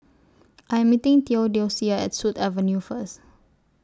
I'm meeting Theodocia At Sut Avenue First